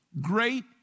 great